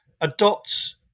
adopts